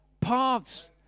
paths